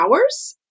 hours